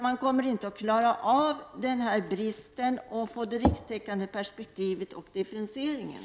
Man kommer inte att klara den här bristen och få det rikstäckande perspektivet och differentieringen.